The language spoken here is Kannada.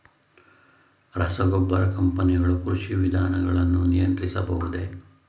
ರಸಗೊಬ್ಬರ ಕಂಪನಿಗಳು ಕೃಷಿ ವಿಧಾನಗಳನ್ನು ನಿಯಂತ್ರಿಸಬಹುದೇ?